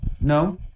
no